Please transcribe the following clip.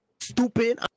Stupid